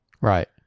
Right